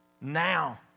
now